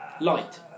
light